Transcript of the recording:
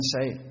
say